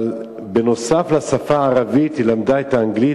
אבל נוסף על השפה הערבית היא למדה אנגלית,